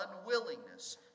unwillingness